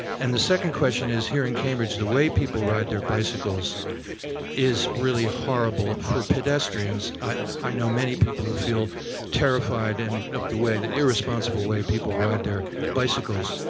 and the second question is, here in cambridge, the way people ride their bicycles is really horrible for pedestrians. i know many people who feel terrified and of the way, the irresponsible way, people ride their bicycles.